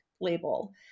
label